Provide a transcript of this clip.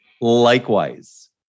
Likewise